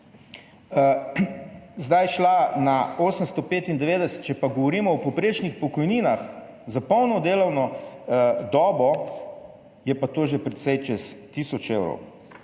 zdaj šla na 895. Če pa govorimo o povprečnih pokojninah za polno delovno dobo, je pa to že precej čez tisoč evrov.